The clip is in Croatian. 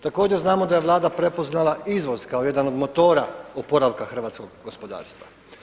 Također znamo da je Vlada prepoznala izvoz kao jedan od motora oporavka hrvatskog gospodarstva.